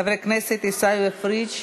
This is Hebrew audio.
חבר הכנסת עיסאווי פריג',